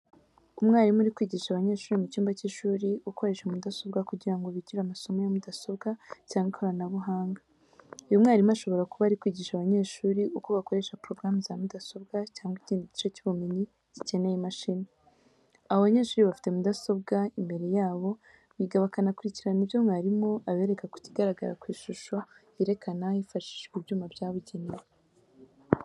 Umwarimu uri kwigisha abanyeshuri mu cyumba cy'ishuri ukoresha mudasobwa kugira ngo bigire amasomo ya mudasobwa cyangwa ikoranabuhanga. Uyu mwarimu ashobora kuba ari kwigisha abanyeshuri uko bakoresha porogaramu za mudasobwa cyangwa ikindi gice cy’ubumenyi gikeneye imashini. Abo banyeshuri bafite mudasobwa imbere yabo, biga bakanakurikirana ibyo mwarimu abereka ku kigaragara ku ishusho yerekana hifashishijwe ibyuma byabugenewe.